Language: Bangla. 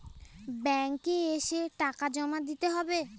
ব্যাঙ্ক এ এসে টাকা জমা দিতে হবে?